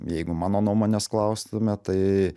jeigu mano nuomonės klaustume tai